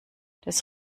das